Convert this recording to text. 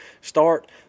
start